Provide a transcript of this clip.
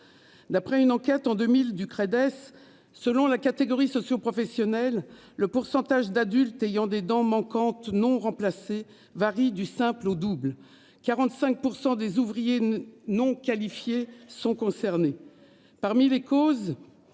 D'après une enquête en 2000 Ducret DES selon la catégorie socio-professionnelle, le pourcentage d'adultes ayant des dents manquantes non remplacés varie du simple au double, 45% des ouvriers non qualifiés sont concernés, parmi les causes.